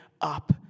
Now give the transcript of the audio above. up